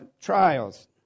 trials